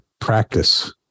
practice